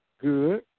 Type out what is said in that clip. good